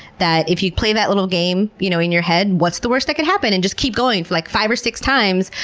if you play that little game, you know, in your head, what's the worst that could happen? and just keep going for like five or six times,